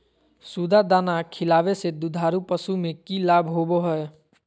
सुधा दाना खिलावे से दुधारू पशु में कि लाभ होबो हय?